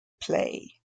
play